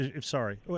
sorry